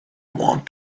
want